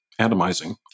atomizing